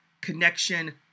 Connection